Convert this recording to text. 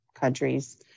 countries